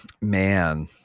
man